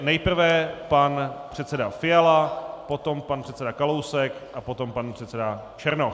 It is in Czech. Nejprve pan předseda Fiala, potom pan předseda Kalousek a potom pan předseda Černoch.